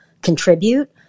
contribute